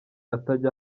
atajya